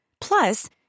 Plus